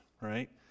right